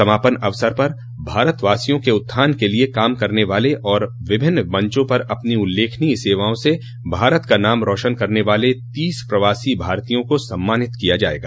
समापन अवसर पर भारतवासियों के उत्थान के लिये काम करने वाले और विभिन्न मंचों पर अपनी उल्लेखनीय सेवाओं से भारत का नाम रोशन करने वाले तीस प्रवासी भारतीयों को सम्मानित किया जायेगा